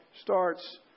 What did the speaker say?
starts